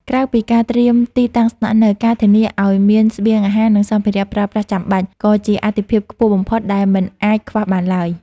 ក្រៅពីការត្រៀមទីតាំងស្នាក់នៅ ការធានាឱ្យមានស្បៀងអាហារ និងសម្ភារៈប្រើប្រាស់ចាំបាច់ ក៏ជាអាទិភាពខ្ពស់បំផុតដែលមិនអាចខ្វះបានឡើយ។